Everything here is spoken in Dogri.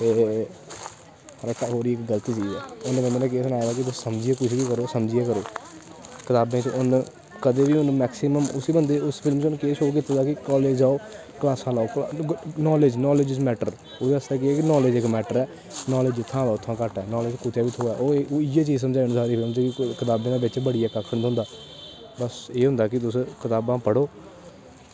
ते रट्टा इक बड़ी गल्त चीज ऐ उन्न बंदे नै केह् दस्से दा कि तुस समझियै कुछ बी करो कताबें च उन्ना कदैं बी मैक्सिमम उस बंदे नै उस फिल्म कन्नै केह् शो कीते दा कि कालेज जाओ कलासां लाओ नॉलेज नॉलेज इज मैट्टर एह्दे आस्तै केह् कि नालेज इक मैट्टर ऐ नॉलेज जित्थां दा अवै घट्ट ऐ इ'यै गल्ल समझा दी कि कताबें दे बिच्च बड़ियै कक्ख निं थ्होंदा बस एह् होंदा कि तुस कताबां पढ़ो